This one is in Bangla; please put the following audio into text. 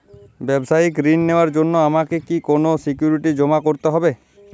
ব্যাবসায়িক ঋণ নেওয়ার জন্য আমাকে কি কোনো সিকিউরিটি জমা করতে হবে?